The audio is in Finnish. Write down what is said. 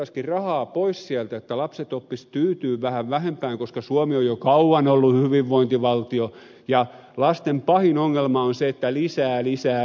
otettaisiinkin rahaa pois sieltä jotta lapset oppisivat tyytymään vähän vähempään koska suomi on jo kauan ollut hyvinvointivaltio ja lasten pahin ongelma on se että lisää lisää lisää